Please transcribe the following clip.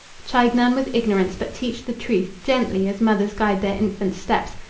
chide none with ignorance, but teach the truth gently, as mothers guide their infants' steps,